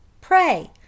Pray